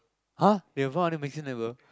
!huh! they will farm until maximum level